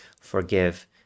forgive